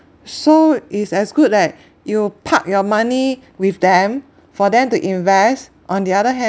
so is as good as you park your money with them for them to invest on the other hand